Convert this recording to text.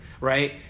Right